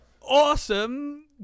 awesome